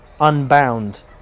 unbound